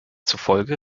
zufolge